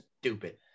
stupid